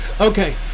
Okay